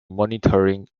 monitoring